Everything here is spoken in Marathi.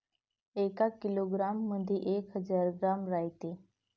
एका किलोग्रॅम मंधी एक हजार ग्रॅम रायते